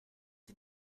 sie